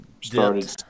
started